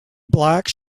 black